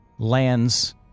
Lands